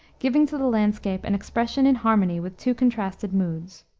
giving to the landscape an expression in harmony with two contrasted moods.